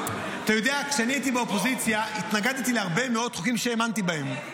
כשאני הייתי באופוזיציה התנגדתי להרבה מאוד חוקים שהאמנתי בהם.